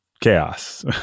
chaos